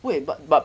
wait but but